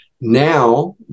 Now